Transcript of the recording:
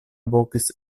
vokis